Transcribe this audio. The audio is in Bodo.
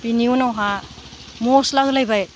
बेनि उनावहाय मस्ला होलायबाय